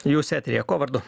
jūs eteryje kuo vardu